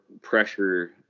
pressure